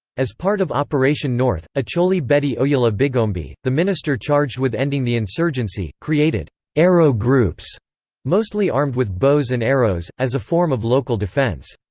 as part of operation north, ah acholi betty oyella bigombe, the minister charged with ending the insurgency, created arrow groups mostly armed with bows and arrows, as a form of local defence.